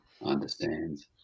Understands